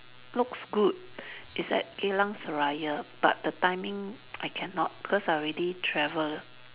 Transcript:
looks good is at Geylang Serai but the timing I cannot because I already travel